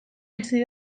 bizi